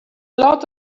lot